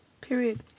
Period